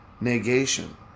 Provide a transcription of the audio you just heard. negation